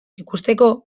ikusteko